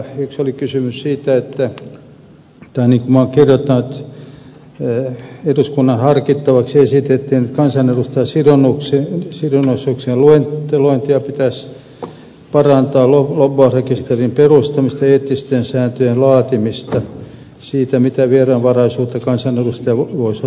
yksi oli kysymys siitä niin kuin minä olen kirjoittanut että eduskunnan harkittavaksi esitettiin että kansanedustajan sidonnaisuuksien luettelointia pitäisi parantaa lobbausrekisterin perustamista eettisten sääntöjen laatimista siitä mitä vieraanvaraisuutta kansanedustaja voisi ottaa vastaan